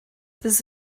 this